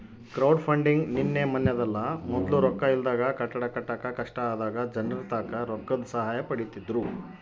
crowdfunding ನಿನ್ನೆ ಮನ್ನೆದಲ್ಲ, ಮೊದ್ಲು ರೊಕ್ಕ ಇಲ್ದಾಗ ಕಟ್ಟಡ ಕಟ್ಟಾಕ ಕಷ್ಟ ಆದಾಗ ಜನರ್ತಾಕ ರೊಕ್ಕುದ್ ಸಹಾಯ ಪಡೀತಿದ್ರು